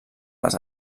les